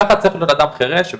ככה צריך בנאדם חרש.